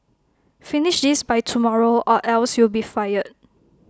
finish this by tomorrow or else you'll be fired